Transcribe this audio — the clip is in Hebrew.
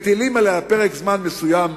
מטילים עליה לבחון, בפרק זמן מסוים,